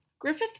Griffith